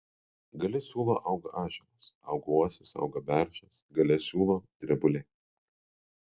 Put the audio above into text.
gale siūlo auga ąžuolas auga uosis auga beržas gale siūlo drebulė